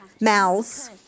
mouths